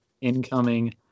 incoming